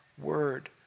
word